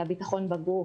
לביטחון בגוף,